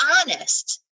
honest